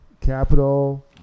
capital